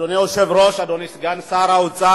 אדוני היושב-ראש, אדוני סגן שר האוצר,